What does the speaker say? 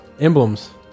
emblems